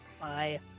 Bye